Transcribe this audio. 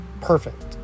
perfect